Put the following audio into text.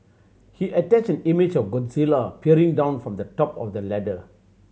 he attached an image of Godzilla peering down from the top of the ladder